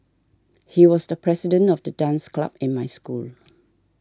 he was the president of the dance club in my school